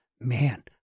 Man